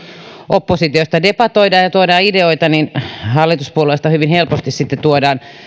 oppositiosta debatoidaan ja tuodaan ideoita niin hallituspuolueista hyvin helposti sitten tuodaan